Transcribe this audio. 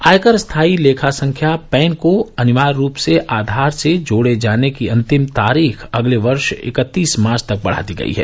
आयकर स्थायी लेखा संख्या पैन को अनिवार्य रूप से आधार से जोड़े जाने की अंतिम तारीख अगले वर्ष इकत्तीस मार्च तक बढ़ा दी गई है